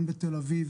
גם בתל-אביב,